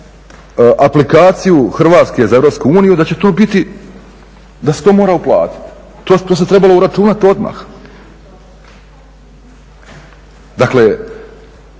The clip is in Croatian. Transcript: aplikaciju Hrvatske za Europsku uniju da će to biti, da se to mora uplatiti, to se trebalo uračunati odmah. Dakle,